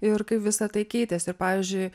ir kaip visa tai keitėsi ir pavyzdžiui